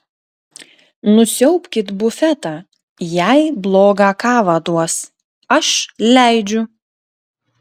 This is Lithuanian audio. nusiaubkit bufetą jei blogą kavą duos aš leidžiu